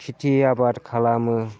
खेथि आबाद खालामो